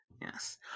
Yes